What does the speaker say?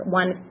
one